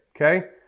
Okay